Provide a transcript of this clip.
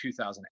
2008